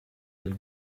del